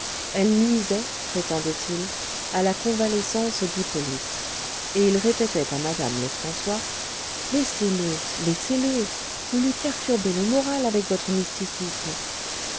elles nuisaient prétendait-il à la convalescence d'hippolyte et il répétait à madame lefrançois laissez-le laissez-le vous lui perturbez le moral avec votre mysticisme